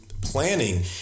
planning